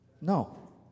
no